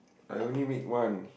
I only meet one